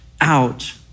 out